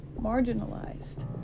marginalized